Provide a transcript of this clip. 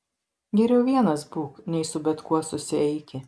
geriau vienas būk nei su bet kuo susieiki